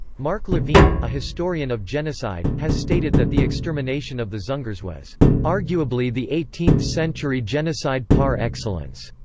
mark levene, a historian of genocide, has stated that the extermination of the dzungars was arguably the eighteenth century genocide par excellence.